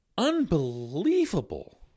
Unbelievable